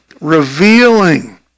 revealing